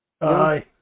Aye